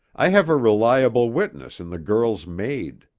i have a reliable witness in the girl's maid.